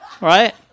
right